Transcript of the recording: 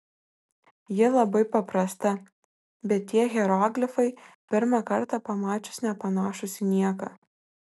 ji labai paprasta bet tie hieroglifai pirmą kartą pamačius nepanašūs į nieką